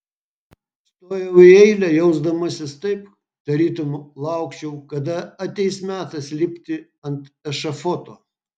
stojau į eilę jausdamasis taip tarytum laukčiau kada ateis metas lipti ant ešafoto